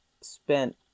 spent